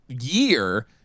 year